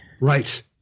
Right